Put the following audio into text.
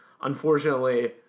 Unfortunately